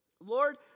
Lord